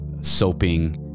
soaping